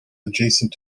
adjacent